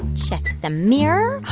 check the mirror.